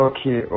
Okay